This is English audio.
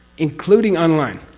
including online,